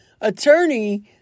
attorney